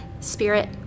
spirit